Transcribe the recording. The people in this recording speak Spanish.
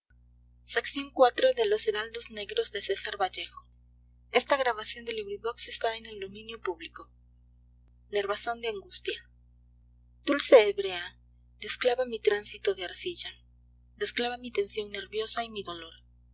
para siempre de betlén dulce hebrea desclava mi tránsito de arcilla desclava mi tensión nerviosa y mi dolor